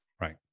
Right